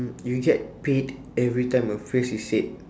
you get paid every time a phrase is said